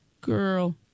girl